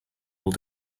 will